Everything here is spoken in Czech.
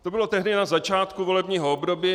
To bylo tehdy, na začátku volebního období.